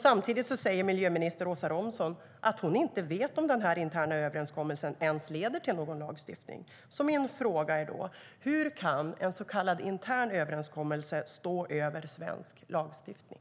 Samtidigt säger miljöminister Åsa Romson att hon inte vet om den interna överenskommelsen ens leder till någon lagstiftning. Så min fråga är då: Hur kan en så kallad intern överenskommelse stå över svensk lagstiftning?